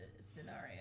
Scenario